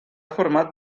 format